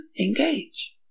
engage